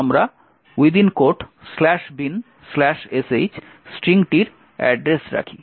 এবং তারপর আমরা binsh স্ট্রিংটির অ্যাড্রেস রাখি